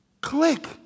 click